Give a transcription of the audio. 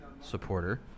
supporter